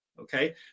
Okay